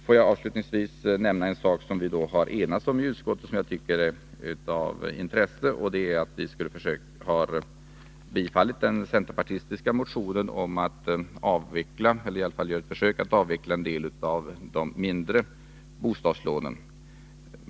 Får jag avslutningsvis ta upp en sak som vi enats om i utskottet och som jag tycker är av intresse, nämligen att vi tillstyrkt en centerpartimotion om att avveckla eller i varje fall göra ett försök att avveckla de mindre bostadslånen.